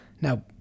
Now